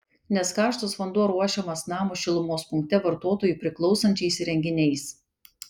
nes karštas vanduo ruošiamas namo šilumos punkte vartotojui priklausančiais įrenginiais